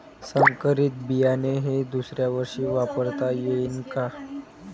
संकरीत बियाणे हे दुसऱ्यावर्षी वापरता येईन का?